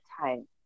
time